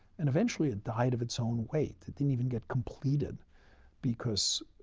and eventually, it died of its own weight. it didn't even get completed because,